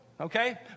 Okay